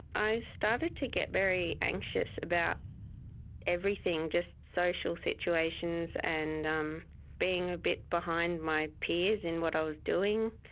i started to get very anxious about everything, just social situations and um being a bit behind my peers in what i was doing.